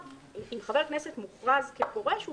זאת אומרת אם חבר כנסת מוכרז כפורש הוא